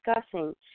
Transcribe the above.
discussing